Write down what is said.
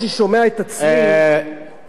ואני מבין,